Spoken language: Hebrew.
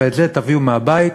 ואת זה תביאו מהבית.